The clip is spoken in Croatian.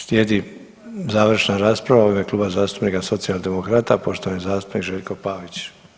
Slijedi završna rasprava u ime Kluba zastupnika socijaldemokrata poštovani zastupnik Željko Pavić.